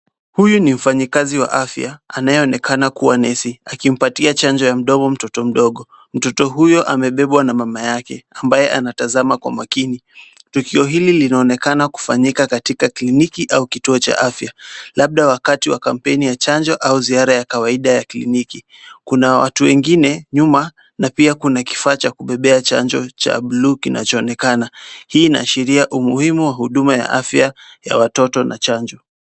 Huyu ni mfanyikazi wa afya anayeonekana kuwa nesi, akimpatia chanjo ya mdomo mtoto mdogo. Mtoto huyo amebebwa na mama yake, ambaye anatazama kwa makini, tukio hili linaonekana kufanyika katika kliniki au kituo cha afya labda wakati wa kampeni ya chanjo au ziara ya kawaida ya kliniki. Kuna watu wengine nyuma na pia kuna kifaa cha kubebea chanjo cha buluu kinachoonekana, hii inaashiria umuhimu wa huduma ya afya ya watoto na chanjo.